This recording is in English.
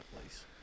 place